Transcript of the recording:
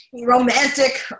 romantic